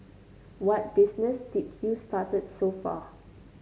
what business did you started so far